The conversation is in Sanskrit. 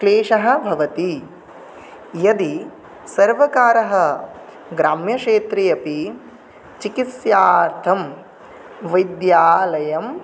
क्लेशः भवति यदि सर्वकारः ग्राम्यक्षेत्रे अपि चिकित्सार्थं वैद्यालयं